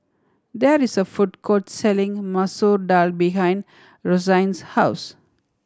there is a food court selling Masoor Dal behind Rozanne's house